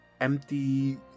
empty